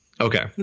Okay